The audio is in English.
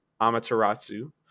Amaterasu